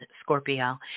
Scorpio